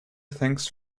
thinks